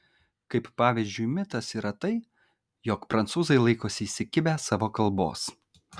kaip pavyzdžiui mitas yra tai jog prancūzai laikosi įsikibę savo kalbos